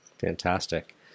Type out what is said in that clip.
Fantastic